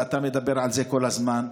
ואתה מדבר על זה כל הזמן: